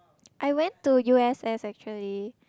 I went to U_S_S actually